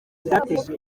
byateje